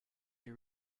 you